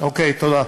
אוקיי, תודה.